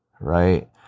right